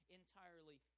entirely